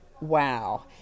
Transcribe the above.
Wow